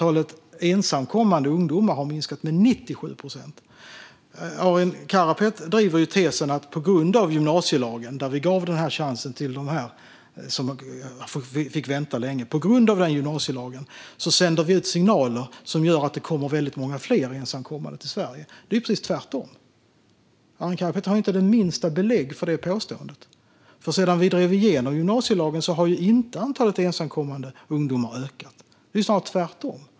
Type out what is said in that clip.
Antalet ensamkommande ungdomar har minskat med 97 procent. Arin Karapet driver tesen att vi på grund av gymnasielagen, som gav en chans till personer som fått vänta länge, sänder ut signaler som gör att det kommer väldigt många fler ensamkommande till Sverige. Det är ju precis tvärtom. Arin Karapet har inte den minsta belägg för det påståendet. Sedan vi drev igenom gymnasielagen har inte antalet ensamkommande ungdomar ökat. Det är snarare tvärtom.